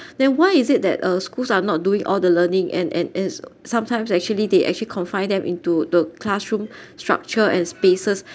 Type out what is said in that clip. then why is it that uh schools are not doing all the learning and and it's sometimes actually they actually confined them into the classroom structure and spaces